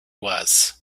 was